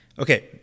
Okay